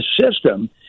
system